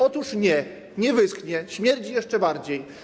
Otóż nie, nie wyschnie, śmierdzi jeszcze bardziej.